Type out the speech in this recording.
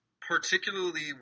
particularly